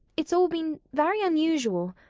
it's all been very unusual.